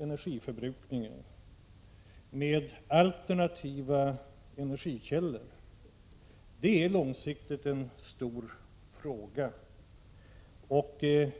energianvändningen samt utvecklandet av alternativa energikällor är stora frågor på lång sikt.